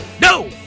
No